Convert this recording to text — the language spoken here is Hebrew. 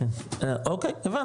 אוקי, הבנתי.